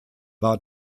war